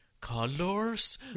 colors